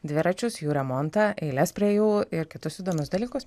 dviračius jų remontą eiles prie jų ir kitus įdomius dalykus